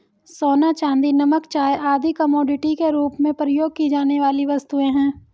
सोना, चांदी, नमक, चाय आदि कमोडिटी के रूप में प्रयोग की जाने वाली वस्तुएँ हैं